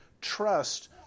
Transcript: trust